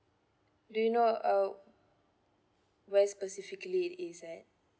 do you know uh where specifically it is at